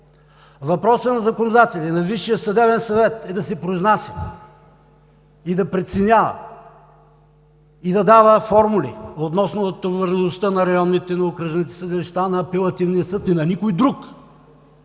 Въпрос на законодателя и на Висшия съдебен съвет е да се произнася, да преценява и да дава формули относно натовареността на районните, на окръжните съдилища, на Апелативния съд и на никой друг.